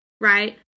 Right